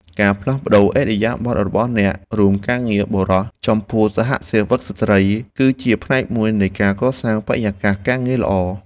ការផ្លាស់ប្តូរឥរិយាបថរបស់អ្នករួមការងារបុរសចំពោះសហសេវិកស្ត្រី គឺជាផ្នែកមួយនៃការកសាងបរិយាកាសការងារល្អ។